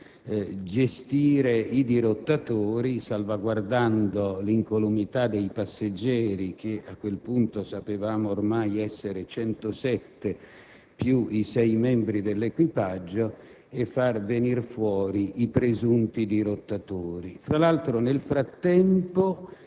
gestire i dirottatori, salvaguardando l'incolumità dei passeggeri (che, a quel punto, sapevamo essere 107, più i sei membri dell'equipaggio), e far venire allo scoperto i presunti dirottatori. Nel frattempo,